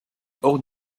hors